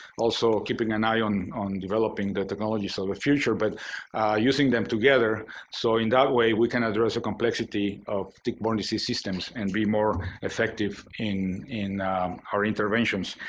also keeping an eye on on developing the technologies ah of the future, but using them together so in that way, we can address the complexity of tick-borne disease systems and be more effective in in our interventions.